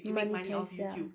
money turns ya